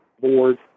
board